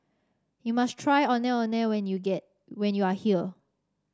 you must try Ondeh Ondeh when you get when you are here